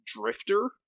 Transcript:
Drifter